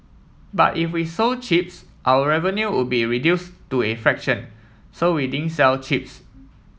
but if we sold chips our revenue would be reduce to a fraction so we didn't sell chips